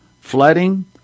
flooding